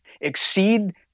exceed